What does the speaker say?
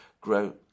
grow